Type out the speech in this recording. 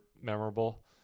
memorable